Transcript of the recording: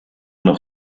noch